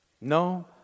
No